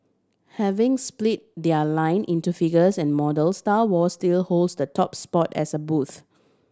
having split their line into figures and models Star Wars still holds the top spot as a booth